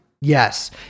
Yes